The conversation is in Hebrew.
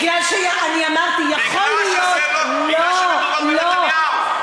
כי אמרתי, יכול להיות, כי מדובר בנתניהו.